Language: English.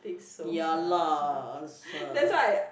ya lah